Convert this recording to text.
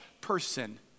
person